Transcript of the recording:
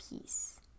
peace